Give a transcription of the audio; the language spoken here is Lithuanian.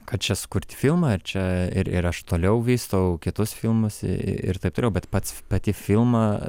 kad čia sukurti filmą ir čia ir ir aš toliau vystau kitus filmus ir taip toliau bet pats pati filmą